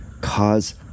Cause